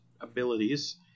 abilities